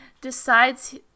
decides